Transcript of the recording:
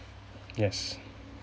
yes